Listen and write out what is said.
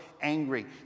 angry